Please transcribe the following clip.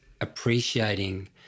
appreciating